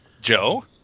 Joe